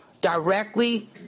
directly